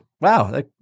Wow